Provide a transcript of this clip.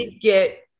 get